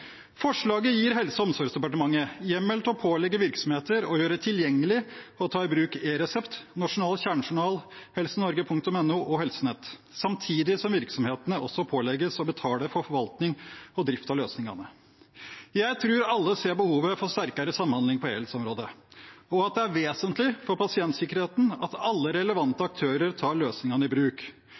Forslaget gir Helse- og omsorgsdepartementet hjemmel til å pålegge virksomheter å gjøre tilgjengelig og ta i bruk e-resept, nasjonal kjernejournal, helsenorge.no og Norsk helsenett samtidig som virksomhetene også pålegges å betale for forvaltning og drift av løsningene. Jeg tror alle ser behovet for sterkere samhandling på e-helseområdet, og at det er vesentlig for pasientsikkerheten at alle relevante aktører tar løsningene i bruk.